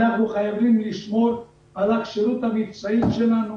אנחנו חייבים לשמור על הכשירות המבצעית שלנו,